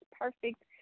perfect